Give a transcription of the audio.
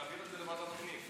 להעביר את זה לוועדת הפנים.